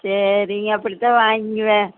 சரிங்க அப்படி கிட்ட வாய்கிங்க